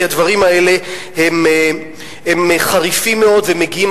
כי הדברים האלה הם חריפים מאוד ומגיעים